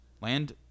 Land